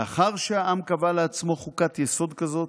לאחר שהעם קבע לעצמו חוקת יסוד כזו,